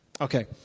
Okay